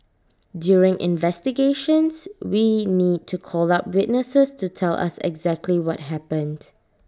during investigations we need to call up witnesses to tell us actually happened